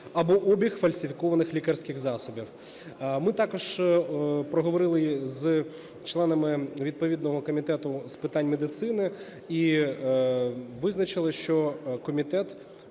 або обіг фальсифікованих лікарських засобів". Ми також проговорили з членами відповідного комітету з питань медицини і визначили, що комітет